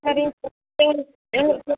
சரிங்க சார்